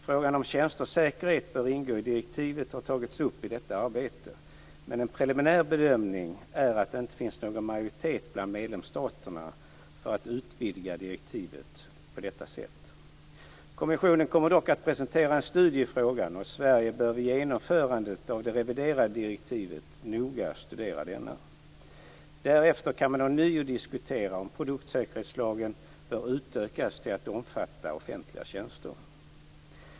Frågan om ifall tjänsters säkerhet bör ingå i direktivet har tagits upp i detta arbete, men en preliminär bedömning är att det inte finns någon majoritet bland medlemsstaterna för att utvidga direktivet på detta sätt. Kommissionen kommer dock att presentera en studie i frågan, och Sverige bör vid genomförandet av det reviderade direktivet noga studera denna. Därefter kan man ånyo diskutera om produktsäkerhetslagen bör utökas till att också omfatta offentliga tjänster.